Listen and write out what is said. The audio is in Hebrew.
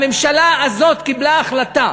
הממשלה הזו קיבלה החלטה